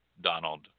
Donald